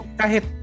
kahit